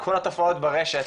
כל התופעות ברשת